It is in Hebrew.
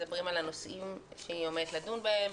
מדברים על הנושאים שהיא עומדת לדון בהם,